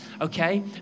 Okay